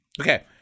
Okay